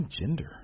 gender